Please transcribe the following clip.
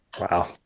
Wow